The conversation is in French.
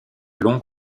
longs